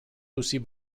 lucy